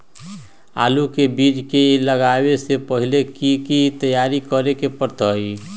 आलू के बीज के लगाबे से पहिले की की तैयारी करे के परतई?